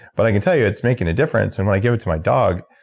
but i can tell you it's making a difference. and when i give it to my dog,